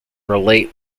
relate